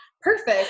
perfect